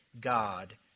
God